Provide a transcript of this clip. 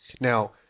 Now